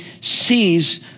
sees